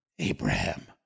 Abraham